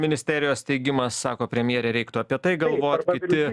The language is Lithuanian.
ministerijos steigimą sako premjerė reiktų apie tai galvot kiti